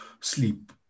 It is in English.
sleep